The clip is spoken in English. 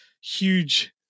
huge